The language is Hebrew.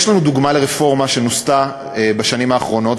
יש לנו דוגמה לרפורמה שנוסתה בשנים האחרונות,